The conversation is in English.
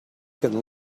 can